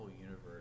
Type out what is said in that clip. universe